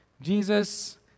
Jesus